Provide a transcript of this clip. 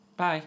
Bye